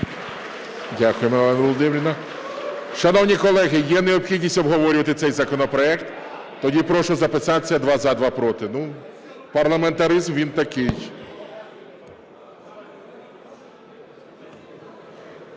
Дякуємо, Олено Володимирівно. Шановні колеги, є необхідність обговорювати цей законопроект? Тоді прошу записатися: два – за, два – проти. Парламентаризм він такий...